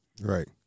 Right